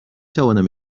توانم